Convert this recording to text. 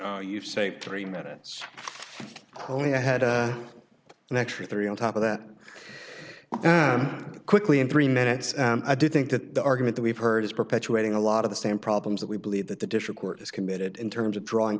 oh you've saved three minutes crony i had an extra three on top of that quickly in three minutes i do think that the argument that we've heard is perpetuating a lot of the same problems that we believe that the dish of court is committed in terms of drawing